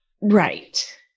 Right